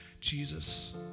Jesus